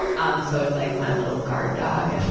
um so, it's like my little guard dog.